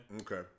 Okay